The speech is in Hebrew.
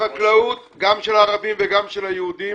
החקלאות של הערבים והיהודים